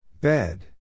Bed